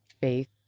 faith